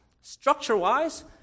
Structure-wise